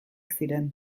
ziren